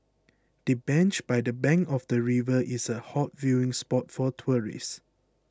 the bench by the bank of the river is a hot viewing spot for tourists